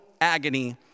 agony